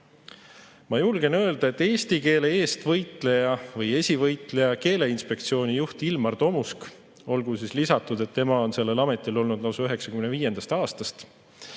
julgen öelda, et eesti keele eest võitleja või esivõitleja, Keeleinspektsiooni juht Ilmar Tomusk – olgu lisatud, et tema on selles ametis olnud lausa 1995. aastast